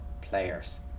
players